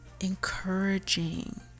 encouraging